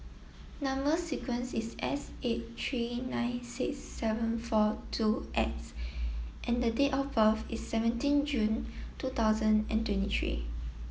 number sequence is S eight three nine six seven four two X and the date of birth is seventeen June two thousand and twenty three